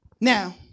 Now